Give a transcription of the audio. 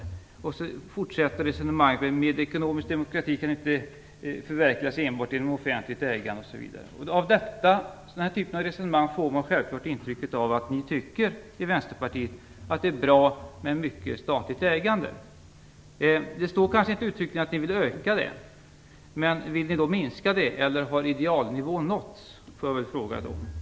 Resonemanget fortsätter på följande sätt: "Men ekonomisk demokrati kan inte förverkligas enbart genom offentligt ägande - Av den här typen av resonemang får man självfallet intrycket att ni i Vänsterpartiet tycker att det är bra med mycket av statligt ägande. Det framhålls kanske inte uttryckligen att ni vill öka det, men låt mig ändå fråga: Vill ni minska det eller är idealnivån nådd?